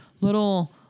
little